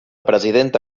presidenta